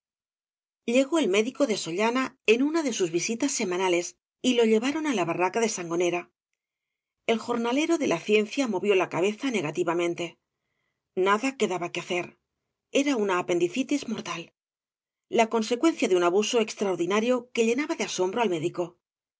llagó el médico de scíliana en una de sus visitas semanales y lo llevaron á la barraca de sangonera el jornalero de ia ciencia movió la cabeza negativamente nada quedaba que hacer era una apendicitis mortal ia conbecuencia de un aibuo extraordinario que llenaba de asombro al médico